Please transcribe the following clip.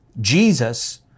Jesus